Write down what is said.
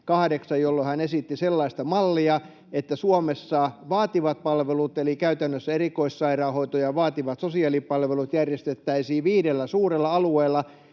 jolloin hän esitti sellaista mallia, että Suomessa vaativat palvelut eli käytännössä erikoissairaanhoito ja vaativat sosiaalipalvelut järjestettäisiin viidellä suurella alueella,